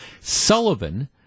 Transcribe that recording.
Sullivan